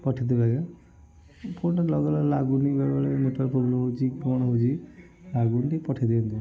ପଠାଇଦେବେ ଆଜ୍ଞା ଏ ଫୋନ୍ଟା ଲଗାଇଲା ବେଳକୁ ଲାଗୁନି ବେଳେ ବେଳେ ନେଟୱାର୍କ୍ ପ୍ରୋବ୍ଲେମ୍ ହେଉଛି କ'ଣ ହେଉଛି ଲାଗୁନି ଟିକେ ପଠାଇଦେବେ ମୋତେ